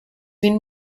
been